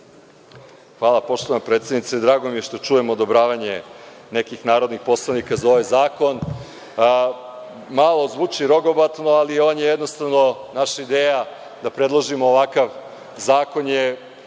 Hvala poštovana predsednice. Drago mi je što čujem odobravanje nekih narodnih poslanika za ovaj zakon. Malo zvuči rogobatno, ali on je jednostavno naša ideja da predložimo ovakav zakon, je